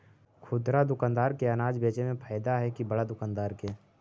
खुदरा दुकानदार के अनाज बेचे में फायदा हैं कि बड़ा दुकानदार के?